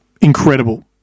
incredible